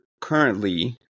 currently